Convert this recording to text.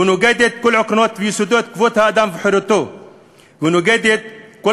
נוגדת את כל עקרונות ויסודות כבוד האדם וחירותו ואת כל